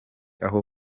aho